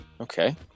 Okay